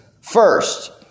first